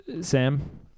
Sam